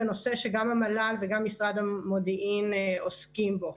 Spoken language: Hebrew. זה נושא שגם המל"ל וגם משרד המודיעין עוסקים בו.